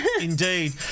Indeed